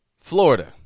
Florida